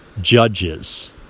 judges